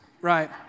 Right